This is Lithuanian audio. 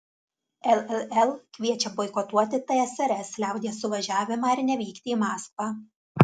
lll kviečia boikotuoti tsrs liaudies suvažiavimą ir nevykti į maskvą